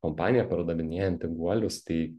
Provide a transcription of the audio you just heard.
kompanija pardavinėjanti guolius tai